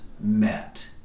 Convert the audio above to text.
met